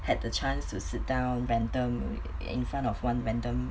had the chance to sit down random in front of one random